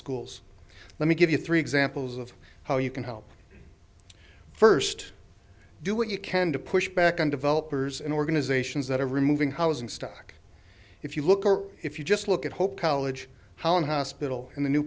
schools let me give you three examples of how you can help first do what you can to push back on developers and organizations that are removing housing stock if you look or if you just look at hope college how in hospital in the new